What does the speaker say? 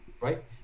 right